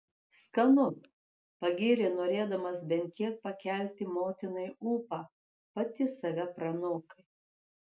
skanu pagyrė norėdamas bent kiek pakelti motinai ūpą pati save pranokai